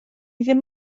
ddim